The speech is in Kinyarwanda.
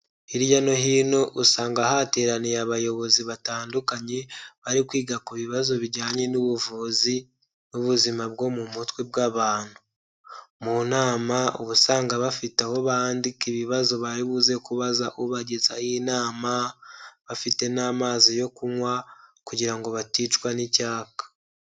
Hirya no hino usanga hateraniye abayobozi batandukanye, bari kwiga ku bibazo bijyanye n'ubuvuzi n'ubuzima bwo mu mutwe bw'abantu. Mu nama uba usanga bafite aho bandika ibibazo bari buze kubaza ubagezaho inama, bafite n'amazi yo kunywa kugira ngo baticwa n'icyayaka.